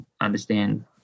understand